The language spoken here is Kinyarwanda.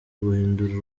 guhindura